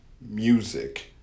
music